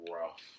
rough